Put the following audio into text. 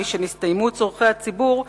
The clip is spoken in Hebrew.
משנסתיימו צורכי הציבור,